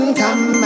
come